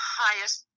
highest